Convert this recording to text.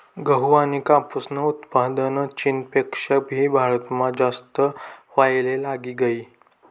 गहू आनी कापूसनं उत्पन्न चीनपेक्षा भी भारतमा जास्त व्हवाले लागी गयी